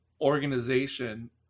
organization